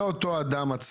אנחנו לא גורעים מאותו אדם?